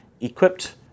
equipped